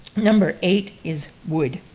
number eight is wood,